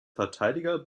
verteidiger